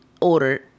order